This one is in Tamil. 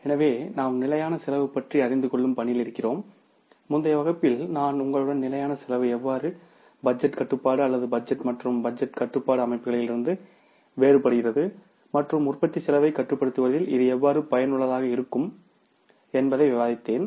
எனவே நாம் நிலையான செலவு பற்றி அறிந்து கொள்ளும் பணியில் இருக்கிறோம் முந்தைய வகுப்பில் நான் உங்களுடன் நிலையான செலவு எவ்வாறு பட்ஜெட் கட்டுப்பாடு அல்லது பட்ஜெட் மற்றும் பட்ஜெட் கட்டுப்பாட்டு அமைப்புகளிலிருந்து வேறுபடுகிறது மற்றும் உற்பத்தி செலவைக் கட்டுப்படுத்துவதில் இது எவ்வாறு பயனுள்ளதாக இருக்கும் விவாதித்தேன்